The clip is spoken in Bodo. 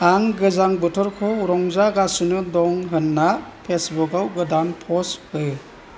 आं गोजां बोथोरखौ रंजागसिनो दं होनना फेसबुकाव गोदान पस्ट हो